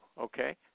Okay